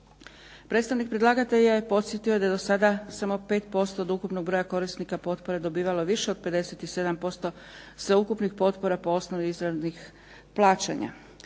Predstavnik predlagatelja je podsjetio da je do sada samo 5% od ukupnog broja korisnika potpore dobivalo više od 57% sveukupnih potpora po osnovi izravnih plaćanja.